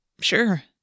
sure